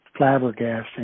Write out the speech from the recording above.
flabbergasting